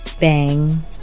bang